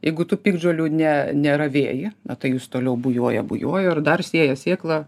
jeigu tu piktžolių ne neravėji tai jus toliau bujoja bujojo ir dar sėja sėklą